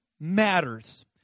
matters